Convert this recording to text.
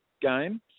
game